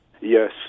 Yes